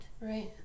Right